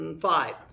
five